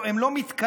הם לא מתכלים,